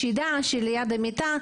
בשידה שליד המיטה,